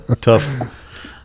tough